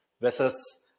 Versus